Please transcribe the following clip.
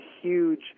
huge